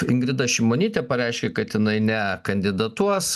ingrida šimonytė pareiškė kad jinai nekandidatuos